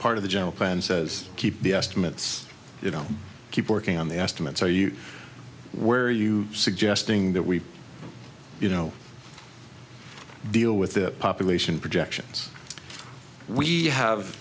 part of the general plan says keep the estimates you know keep working on the estimate so you were you suggesting that we you know deal with the population projections we have